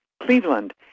Cleveland